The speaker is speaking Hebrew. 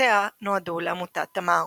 שהכנסותיה נועדו לעמותת ת.מ.ר.